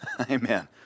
Amen